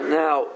now